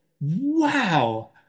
wow